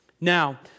Now